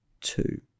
two